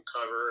cover